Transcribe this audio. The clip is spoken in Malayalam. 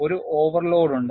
ഒരു ഓവർലോഡ് ഉണ്ട്